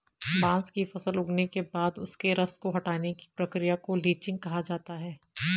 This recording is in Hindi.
बांस की फसल उगने के बाद उसके रस को हटाने की प्रक्रिया को लीचिंग कहा जाता है